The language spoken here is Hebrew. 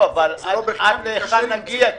קטי, אבל עד להיכן נגיע?